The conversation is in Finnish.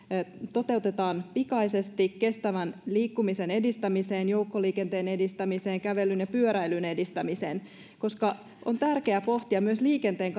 toteutetaan pikaisesti kestävän liikkumisen edistämiseen joukkoliikenteen edistämiseen sekä kävelyn ja pyöräilyn edistämiseen koska on tärkeää pohtia myös liikenteen